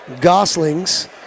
Goslings